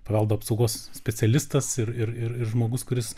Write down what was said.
paveldo apsaugos specialistas ir ir ir žmogus kuris